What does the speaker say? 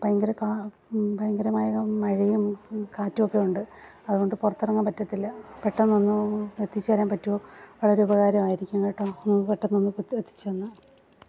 ഭയങ്കര ഭയങ്കരമായ മഴയും കാറ്റുമൊക്കെ ഉണ്ട് അതുകൊണ്ട് പുറത്തിറങ്ങാൻ പറ്റത്തില്ല പെട്ടെന്നൊന്ന് എത്തിച്ചു തരാൻ പറ്റുമോ വളരെ ഉപകാരമായിരിക്കും കേട്ടോ ഒന്ന് പെട്ടെന്നൊന്ന് എത്തിച്ചു തന്നാൽ